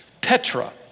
Petra